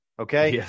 Okay